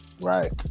Right